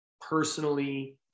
personally